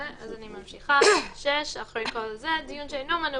אני ממשיכה: (6)דיון שאינו מנוי